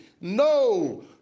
No